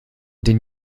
den